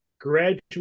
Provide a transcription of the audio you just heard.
graduate